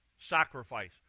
sacrifice